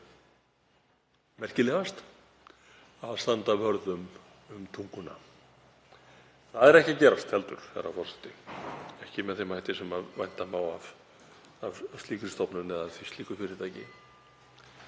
merkilegast að standa vörð um tunguna. Það er ekki að gerast heldur, herra forseti, ekki með þeim hætti sem vænta má af slíkri stofnun eða slíku fyrirtæki.